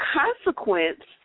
consequence